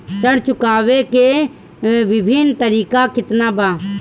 ऋण चुकावे के विभिन्न तरीका केतना बा?